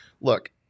Look